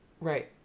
right